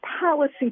policy